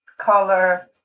color